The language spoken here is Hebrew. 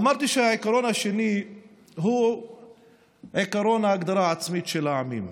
אמרתי שהעיקרון השני הוא עקרון ההגדרה העצמית של העמים.